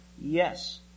Yes